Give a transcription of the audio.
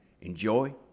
Enjoy